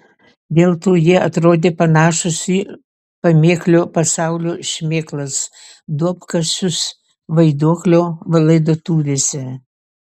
dėl to jie atrodė panašūs į pamėklių pasaulio šmėklas duobkasius vaiduoklio laidotuvėse